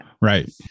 right